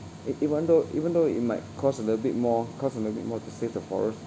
it even though even though it might cost a little bit more cost a little bit more to save the forests